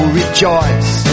rejoice